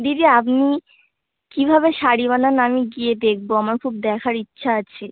দিদি আপনি কীভাবে শাড়ি বানান আমি গিয়ে দেখবো আমার খুব দেখার ইচ্ছা আছে